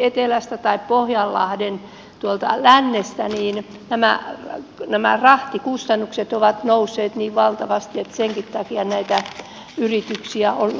etelästä tai pohjanlahti lännestä niin nämä rahtikustannukset ovat nousseet niin valtavasti että senkin takia näitä yrityksiä on loppunut